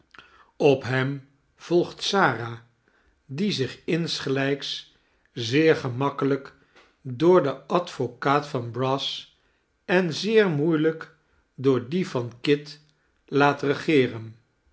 op hem volgt sara die zich insgehjks zeer gemakkelijk door den advocaat van brass en zeer moeielijk door dien van kit laat regeeren